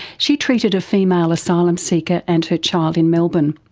she treated a female asylum seeker and her child in melbourne.